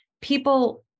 People